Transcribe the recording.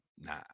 Nah